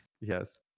Yes